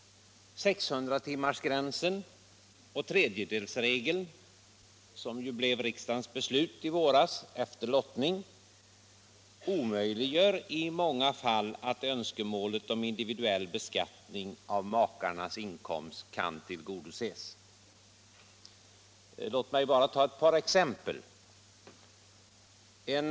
600-timmarsgränsen och tredjedelsregeln, som ju blev riksdagens beslut i' våras efter lottning, omöjliggör i många fall att önskemålet om individuell beskattning av makarnas inkomster kan tillgodoses. Låt mig bara ta ett par exempel beträffande 600-timmarsregeln.